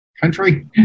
country